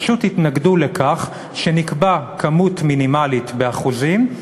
פשוט התנגדו לכך שנקבע כמות מינימלית באחוזים,